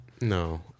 No